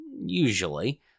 usually